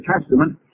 Testament